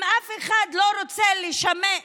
אם אף אחד לא רוצה לתת